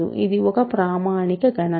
ఇది ఒక ప్రామాణిక గణన